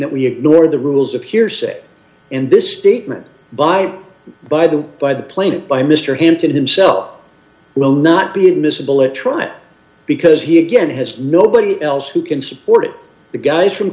that we ignore the rules of hearsay and this statement by by the by the plane by mr hampton himself will not be admissible at trial because he again has nobody else who can support the guys from